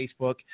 Facebook